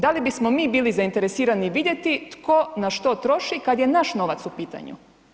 Da li bismo mi bili zainteresirani vidjeti tko na što troši kad je naš novac u pitanju?